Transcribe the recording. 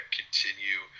continue